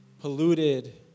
polluted